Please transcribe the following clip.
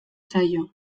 zaio